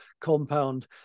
compound